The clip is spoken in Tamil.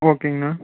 ஓகேங்கண்ணா